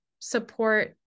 support